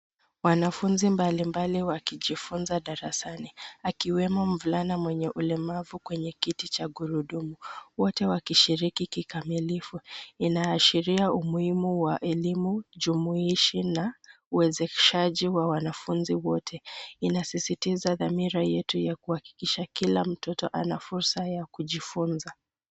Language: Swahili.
Wanafunzi mbalimbali wakijifunza darasani, akiwemo mvulana mwenye ulemavu kwenye kiti cha gurudumu, wote wakishiriki kikamilifu. Inaashiria umuhimu wa elimu jumuishi na uwezeshaji wa wanafunzi wote. Inasisitiza dhamira yetu ya kuhakikisha kila mtoto ana fursa ya kujifunza.